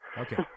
Okay